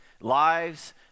lives